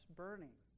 burning